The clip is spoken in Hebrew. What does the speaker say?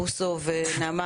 בוסו ונעמה,